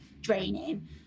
draining